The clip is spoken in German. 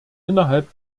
innerhalb